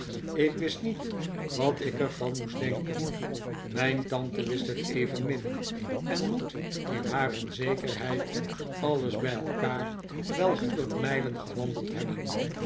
ik wist niet wat ik er van moest denken mijn tante wist het evenmin en moet in haar onzekerheid alles bij elkaar wel honderd mijlen gewandeld hebben